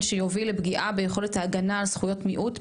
שיוביל לפגיעה ביכולת ההגנה על זכויות מיעוט,